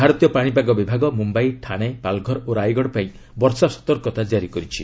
ଭାରତୀୟ ପାଣିପାଗ ବିଭାଗ ମୁମ୍ୟାଇ ଥାଣେ ପାଲଘର ଓ ରାଇଗଡ଼ ପାଇଁ ବର୍ଷା ସତର୍କତା ଜାରି କରିଛି